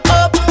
up